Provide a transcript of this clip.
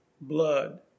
blood